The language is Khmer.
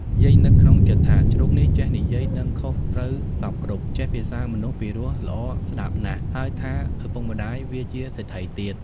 យាយនឹកក្នុងចិត្ដថា ជ្រូកនេះចេះនិយាយដឹងខុសត្រូវសព្វគ្រប់ ចេះភាសាមនុស្សពីរោះល្អស្ដាប់ណាស់ ហើយថា ឪពុកមា្ដយវាជាសេដ្ឋីទៀត។